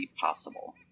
possible